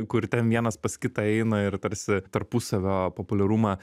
kur ten vienas pas kitą eina ir tarsi tarpusavio populiarumą